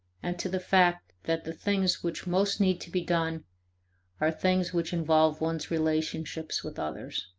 and to the fact that the things which most need to be done are things which involve one's relationships with others.